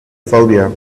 phobia